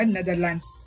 Netherlands